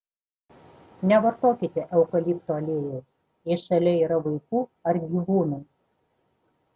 nevartokite eukalipto aliejaus jei šalia yra vaikų ar gyvūnų